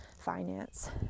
finance